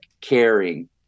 caring